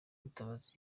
mutabazi